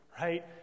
right